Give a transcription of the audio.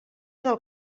del